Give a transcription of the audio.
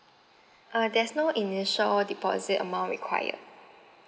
uh there's no initial deposit amount required